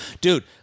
dude